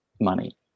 money